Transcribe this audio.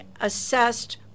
assessed